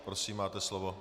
Prosím, máte slovo.